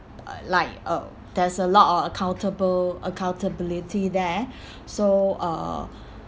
like uh there's a lot or accountable accountability there so uh